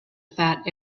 fat